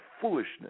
foolishness